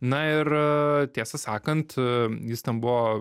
na ir tiesą sakant jis ten buvo